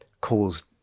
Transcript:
caused